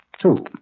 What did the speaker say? Two